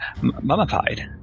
mummified